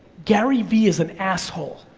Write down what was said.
gary vee is an asshole.